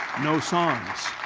no songs.